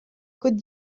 côte